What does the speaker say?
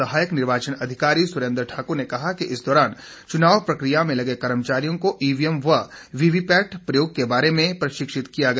सहायक निर्वाचन अधिकारी सुरेंद्र ठाकुर ने कहा कि इस दौरान चुनाव प्रक्रिया में लगे कर्मचारियों को ईवीएम व वीवीपैट के प्रयोग के बारे में प्रशिक्षित किया गया